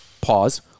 pause